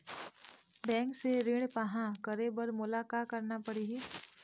Bank से ऋण पाहां करे बर मोला का करना पड़ही?